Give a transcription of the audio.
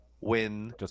win